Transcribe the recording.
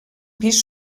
pis